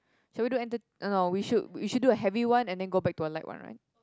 shall we do enter~ ah no we should we should do a heavy one and then go back to a light one right